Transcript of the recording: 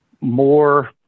more